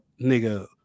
nigga